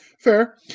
Fair